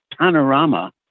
panorama